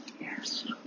Yes